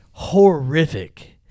horrific